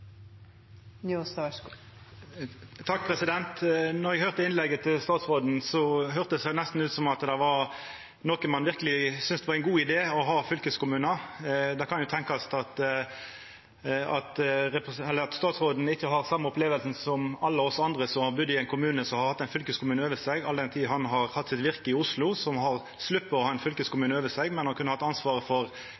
eg høyrde på innlegget til statsråden, høyrdest det ut som om det var noko ein verkeleg syntest var ein god idé, det å ha fylkeskommunar. Det kan jo tenkjast at statsråden ikkje har same opplevinga som alle oss andre som har budd i ein kommune, og som har hatt fylkeskommunen over seg, all den tid han har hatt sitt virke i Oslo, som ikkje har